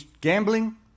gambling